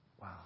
wow